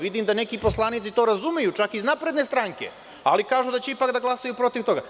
Vidim da to neki poslanici razumeju, čak iz Napredne stranke, ali kažu da će ipak da glasaju protiv toga.